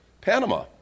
Panama